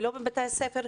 ולא בבתי הספר,